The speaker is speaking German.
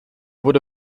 wurde